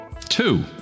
Two